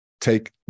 take